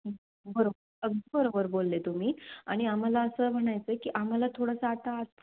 बरोबर अगदी बरोबर बोलले तुम्ही आणि आम्हाला असं म्हणायचं आहे की आम्हाला थोडंसं आता आत